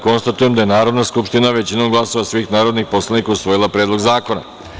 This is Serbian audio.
Konstatujem da je Narodna skupština, većinom glasova svih narodnih poslanika, usvojila Predlog zakona.